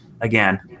again